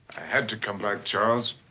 had to come back, charles.